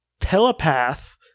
telepath